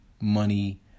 money